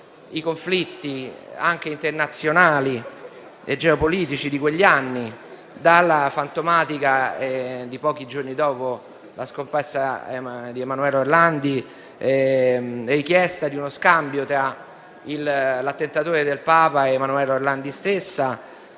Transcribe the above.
i conflitti, anche internazionali e geopolitici, di quegli anni, a partire dalla fantomatica richiesta, pochi giorni dopo la scomparsa di Emanuela Orlandi, di uno scambio tra l'attentatore del Papa ed Emanuela Orlandi stessa,